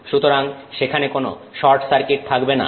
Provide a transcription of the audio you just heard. সুতরাং সেখানে কোন শর্ট সার্কিট থাকবে না